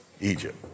Egypt